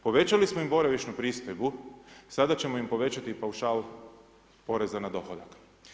Povećali smo im boravišnu pristojbu, sada ćemo im povećati i paušal poreza na dohodak.